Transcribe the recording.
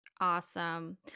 Awesome